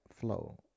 flow